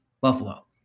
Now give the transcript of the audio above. Buffalo